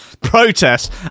protest